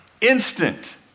instant